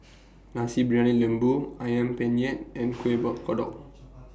Nasi Briyani Lembu Ayam Penyet and Kueh Kodok